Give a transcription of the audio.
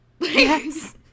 Yes